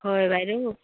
হয় বাইদেউ